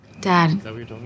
dad